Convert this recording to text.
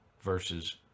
versus